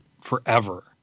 forever